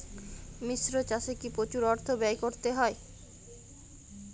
মিশ্র চাষে কি প্রচুর অর্থ ব্যয় করতে হয়?